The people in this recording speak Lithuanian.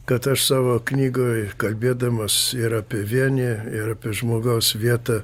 kad aš savo knygoj kalbėdamas ir apie vienį ir apie žmogaus vietą